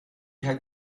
had